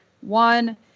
One